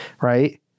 right